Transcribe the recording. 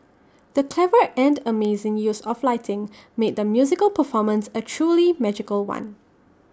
the clever and amazing use of lighting made the musical performance A truly magical one